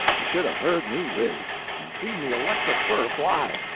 you should have heard me whiz, and seen the electric fur fly!